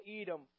Edom